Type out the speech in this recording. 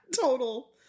total